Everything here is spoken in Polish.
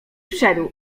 wszedł